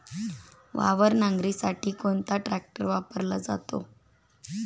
वावर नांगरणीसाठी कोणता ट्रॅक्टर वापरला जातो?